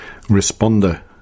responder